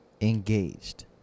engaged